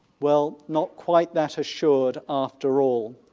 well not quite that assured after all.